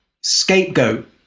scapegoat